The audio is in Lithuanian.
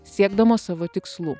siekdamos savo tikslų